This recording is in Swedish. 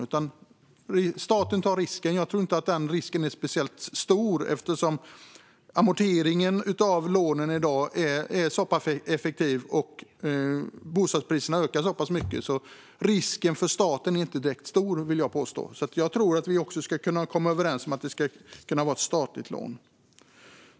Staten skulle då ta risken, och jag tror inte att den risken är speciellt stor eftersom amorteringen av lånen i dag är så pass effektiv och bostadsbristen har ökat så pass mycket. Jag vill därför påstå att risken för staten inte skulle direkt vara stor. Jag tror att vi skulle kunna komma överens om ett statligt lån.